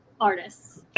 artists